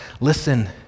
listen